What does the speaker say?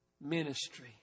ministry